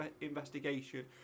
investigation